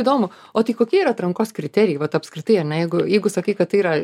įdomu o tai kokie atrankos kriterijai vat apskritai ar ne jeigu jeigu sakai kad tai yra